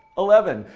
eleven.